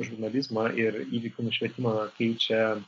žurnalizmą ir įvykių nušvietimą keičia